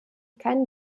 keinen